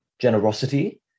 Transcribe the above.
generosity